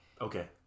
Okay